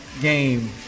game